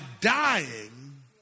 dying